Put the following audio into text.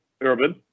urban